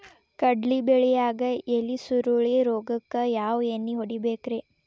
ಕಡ್ಲಿ ಬೆಳಿಯಾಗ ಎಲಿ ಸುರುಳಿ ರೋಗಕ್ಕ ಯಾವ ಎಣ್ಣಿ ಹೊಡಿಬೇಕ್ರೇ?